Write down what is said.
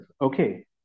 Okay